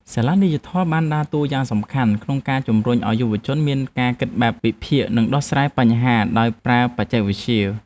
សាលាឌីជីថលបានដើរតួនាទីយ៉ាងសំខាន់ក្នុងការជំរុញឱ្យយុវជនមានការគិតបែបវិភាគ និងដោះស្រាយបញ្ហាដោយប្រើបច្ចេកវិទ្យា។